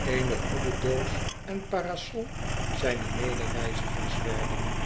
eene hoededoos en parasol zijne medereizigers werden